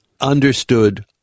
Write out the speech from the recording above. understood